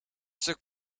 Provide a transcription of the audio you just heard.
stuk